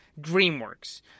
DreamWorks